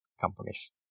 companies